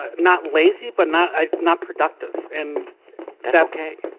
ah not lazy, but not, i, not productive. and that's okay.